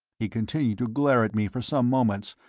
he continued to glare at me for some moments,